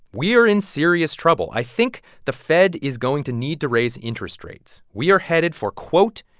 we're in serious trouble. i think the fed is going to need to raise interest rates. we are headed for, quote,